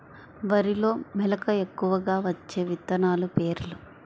వరిలో మెలక ఎక్కువగా వచ్చే విత్తనాలు పేర్లు?